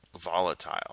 volatile